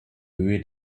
höhe